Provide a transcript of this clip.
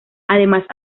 además